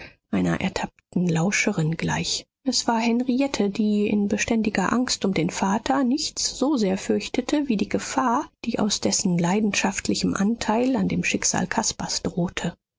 einer ertappten lauscherin gleich es war henriette die in beständiger angst um den vater nichts so sehr fürchtete wie die gefahr die aus dessen leidenschaftlichem anteil an dem schicksal caspars drohte